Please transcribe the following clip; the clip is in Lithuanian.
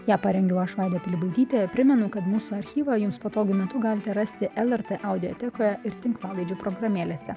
ją parengiau aš vaida pilibaitytė primenu kad mūsų archyvą jums patogiu metu galite rasti lrt audiotekoje ir tinklalaidžių programėlėse